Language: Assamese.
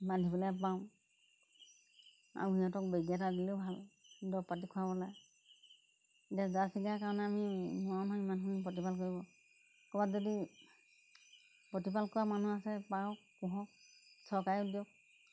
বান্ধিবলৈ পাওঁ আৰু সিহঁতক বেজি এটা দিলেও ভাল দৰৱ পাতি খোৱাবলৈ এতিয়া জাৰ্চি গাই কাৰণে আমি নোৱাৰোঁ নহয় সিমানখিনি প্ৰতিপাল কৰিব ক'ৰবাত যদি প্ৰতিপাল কৰা মানুহ আছে পাৰক পোহক চৰকাৰেও দিয়ক